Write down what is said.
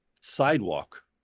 sidewalk